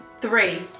three